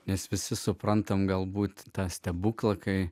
nes visi suprantame galbūt tą stebuklą kai